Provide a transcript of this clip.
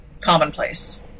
commonplace